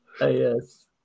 Yes